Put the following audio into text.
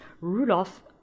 Rudolph